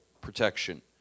protection